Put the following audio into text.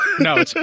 No